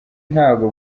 ntabwo